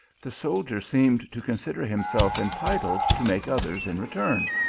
the soldier seemed to consider himself entitled to make others in return.